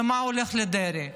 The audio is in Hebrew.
וחלק הולך לדרעי.